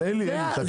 אלי תקשיב.